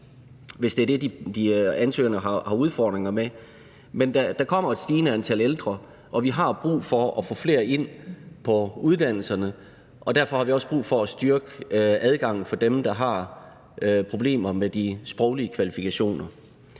hvis det er det, ansøgerne har udfordringer med. Men der kommer et stigende antal ældre, og vi har brug for at få flere ind på uddannelserne, og derfor har vi også brug for at styrke adgangen for dem, der har problemer med de sproglige kvalifikationer.